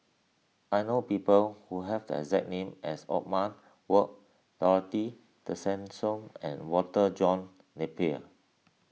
I know people who have the exact name as Othman Wok Dorothy Tessensohn and Walter John Napier